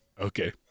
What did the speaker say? okay